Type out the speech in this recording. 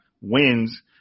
wins